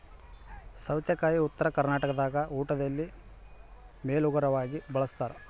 ಸೌತೆಕಾಯಿ ಉತ್ತರ ಕರ್ನಾಟಕದಾಗ ಊಟದಲ್ಲಿ ಮೇಲೋಗರವಾಗಿ ಬಳಸ್ತಾರ